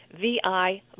VI